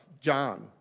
John